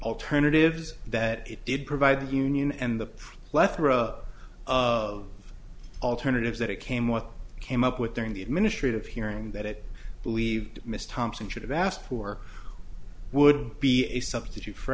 alternatives that it did provide the union and the plethora of alternatives that it came with came up with during the administrative hearing that it believed miss thompson should have asked for would be a substitute for